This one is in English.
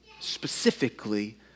specifically